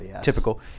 typical